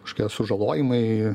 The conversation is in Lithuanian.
kažkokie sužalojimai